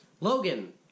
Logan